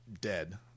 dead